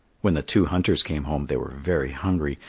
when the two hunters came home they were very hungry,